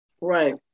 Right